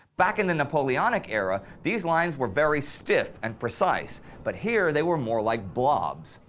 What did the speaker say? back in the napoleonic era, these lines were very stiff and precise, but here they were more like blobs.